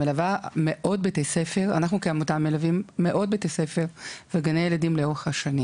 מלווים מאות בתי ספר וגני ילדים לאורך השנים